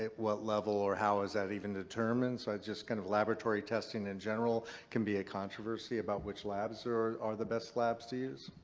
what level or how is that even determined? so just kind of laboratory testing in general can be a controversy about which labs are are the best labs to use.